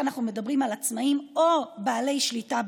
אנחנו מדברים על עצמאים או בעלי שליטה,